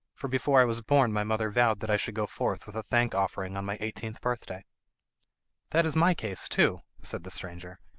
for before i was born my mother vowed that i should go forth with a thank offering on my eighteenth birthday that is my case too said the stranger,